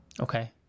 Okay